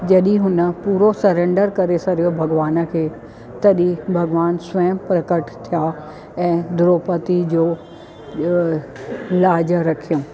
जॾहिं हुन पूरो सरैंडर करे छॾियो भॻवानु खे तॾहिं भॻवानु स्वयं प्रकट थिया ऐं द्रौपदी जो इहो लाज़ रखियो